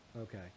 okay